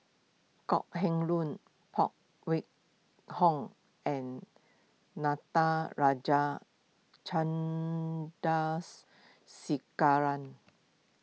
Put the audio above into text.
Kok Heng Leun Phan Wait Hong and Natarajan Chandrasekaran